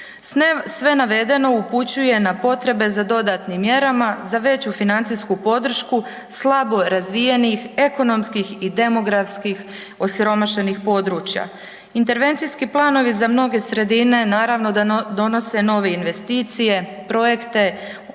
Sve navedeno upućuje na potrebe za dodatnim mjerama za veću financijsku podršku, slabo razvijenih, ekonomskih i demografskih osiromašenih područja. Intervencijski planovi za mnoge sredine naravno da donosi nove investicije, projekte,